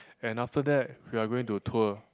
and after that we are going to tour